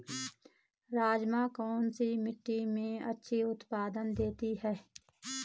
राजमा कौन सी मिट्टी में अच्छा उत्पादन देता है?